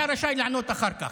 אתה רשאי לענות אחר כך.